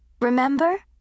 Remember